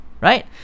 right